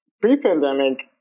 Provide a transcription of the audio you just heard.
pre-pandemic